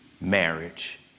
marriage